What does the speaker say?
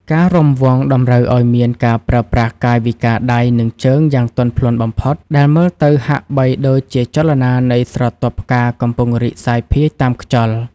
ការរាំវង់តម្រូវឱ្យមានការប្រើប្រាស់កាយវិការដៃ និងជើងយ៉ាងទន់ភ្លន់បំផុត ដែលមើលទៅហាក់បីដូចជាចលនានៃស្រទាប់ផ្កាកំពុងរីកសាយភាយតាមខ្យល់។